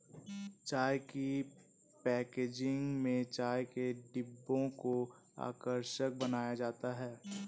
चाय की पैकेजिंग में चाय के डिब्बों को आकर्षक बनाया जाता है